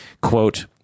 Quote